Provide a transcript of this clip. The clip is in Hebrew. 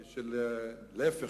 להיפך,